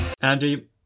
Andy